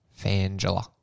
Fangela